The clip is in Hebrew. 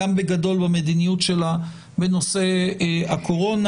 גם בגדול במדיניות שלה בנושא הקורונה.